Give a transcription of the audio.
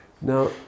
now